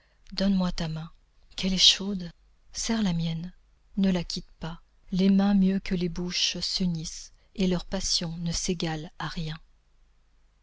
donne-moi ta main qu'elle est chaude serre la mienne ne la quitte pas les mains mieux que les bouches s'unissent et leur passion ne s'égale à rien